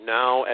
now